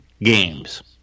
games –